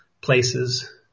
places